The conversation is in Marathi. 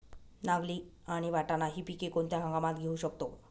नागली आणि वाटाणा हि पिके कोणत्या हंगामात घेऊ शकतो?